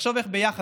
לחשוב איך ביחד,